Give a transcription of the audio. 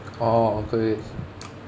orh okay